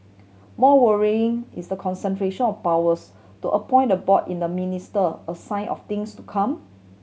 more worrying is the concentration of powers to appoint the board in the minister a sign of things to come